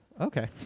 Okay